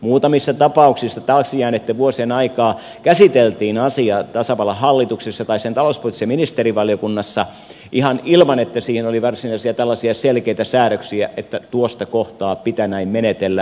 muutamissa tapauksissa taakse jääneitten vuosien aikaan käsiteltiin asiaa tasavallan hallituksessa tai sen talouspoliittisessa ministerivaliokunnassa ihan ilman että siinä oli varsinaisia tällaisia selkeitä säädöksiä että tuossa kohtaa pitää näin menetellä